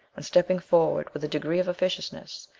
and stepping forward with a degree of officiousness,